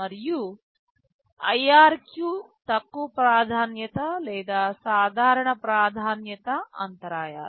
మరియు IRQ తక్కువ ప్రాధాన్యత లేదా సాధారణ ప్రాధాన్యత అంతరాయాలు